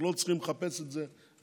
אנחנו לא צריכים לחפש את זה ולהתלונן.